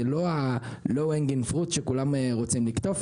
זה לא פרי שכולם רוצים לקטוף,